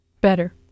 Better